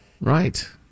Right